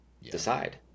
decide